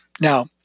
now